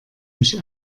mich